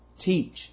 teach